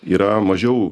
yra mažiau